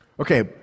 Okay